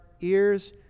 ears